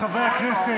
הודעה אישית.